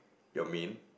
your main